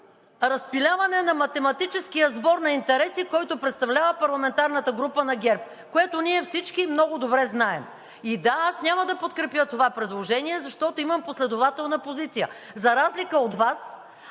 Разпиляване на математическия сбор на интереси, който представлява парламентарната група на ГЕРБ, което ние всички много добре знаем. И да, аз няма да подкрепя това предложение, защото имам последователна позиция. За разлика от Вас,